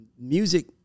Music